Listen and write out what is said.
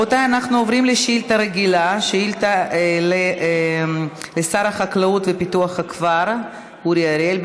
אנחנו עוברים לשאילתה רגילה לשר החקלאות ופיתוח הכפר אורי אריאל.